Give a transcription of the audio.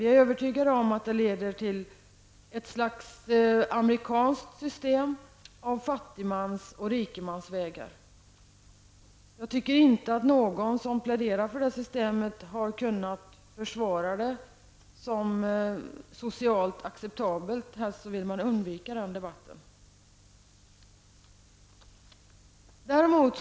Vi är övertygade om att det leder till ett slags amerikanskt system av fattigmans och rikemansvägar. Ingen som har pläderat för det systemet har kunnat försvara det som socialt acceptabelt. Helst vill man undvika den debatt.